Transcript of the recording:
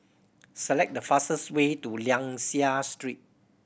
select the fastest way to Liang Seah Street